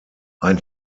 ein